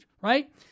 right